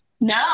No